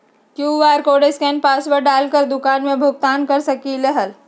QR code scan password डाल कर दुकान में भुगतान कर सकलीहल?